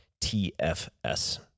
TFS